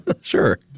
Sure